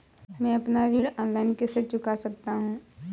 मैं अपना ऋण ऑनलाइन कैसे चुका सकता हूँ?